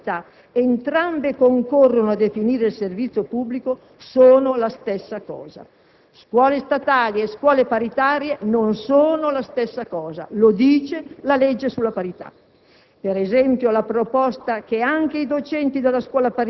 Non si può affermare che, perché ai sensi della legge di parità entrambe concorrono a definire il servizio pubblico, sono la stessa cosa: scuole statali e scuole paritarie non sono la stessa cosa, lo dice la legge sulla parità.